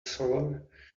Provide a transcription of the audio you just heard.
solar